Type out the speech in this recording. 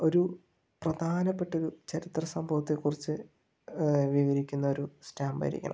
ഒരു പ്രധാനപ്പെട്ടൊരു ചരിത്ര സംഭവത്തെക്കുറിച്ച് വിവരിക്കുന്ന ഒരു സ്റ്റാമ്പായിരിക്കണം